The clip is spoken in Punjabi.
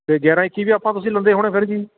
ਅਤੇ ਗਿਆਰ੍ਹਾਂ ਇੱਕੀ ਵੀ ਆਪਾਂ ਤੁਸੀਂ ਲੈਂਦੇ ਹੋਣੇ ਫਿਰ ਜੀ